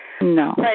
No